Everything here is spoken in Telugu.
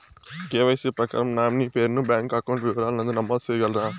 కె.వై.సి ప్రకారం నామినీ పేరు ను బ్యాంకు అకౌంట్ వివరాల నందు నమోదు సేయగలరా?